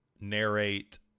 narrate